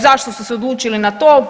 Zašto su se odlučili na to?